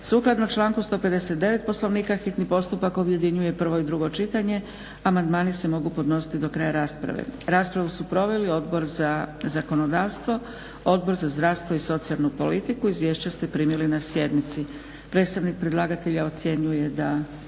Sukladno članku 159. Poslovnika hitni postupak objedinjuje prvo i drugo čitanje. Amandmani se mogu podnositi do kraja rasprave. Raspravu su proveli Odbor za zakonodavstvo, Odbor za zdravstvo i socijalnu politiku. Izvješća ste primili na sjednici. Predstavnik predlagatelja ocjenjuje da